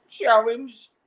challenge